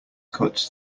cuts